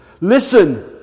Listen